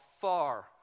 far